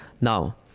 now